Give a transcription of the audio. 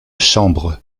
chambre